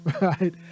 Right